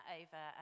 over